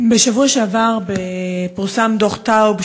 בשבוע שעבר פורסם דוח טאוב,